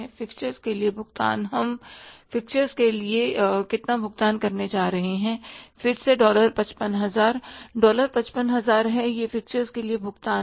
fixtures के लिए भुगतान हम फिक्सचर्स के लिए भुगतान के लिए कितना भुगतान करने जा रहे हैं फिर से डॉलर 55000 डॉलर 55000 है यह फिक्सचर्स के लिए भुगतान है